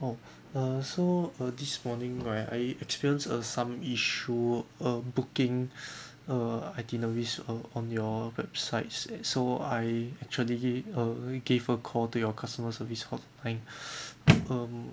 oh uh so uh this morning right I experience a some issue a booking err itineraries uh on your websites eh so I actually uh gave a call to your customer service hotline um